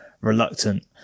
reluctant